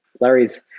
larry's